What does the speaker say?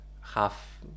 Half